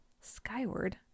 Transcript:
Skyward